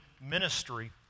ministry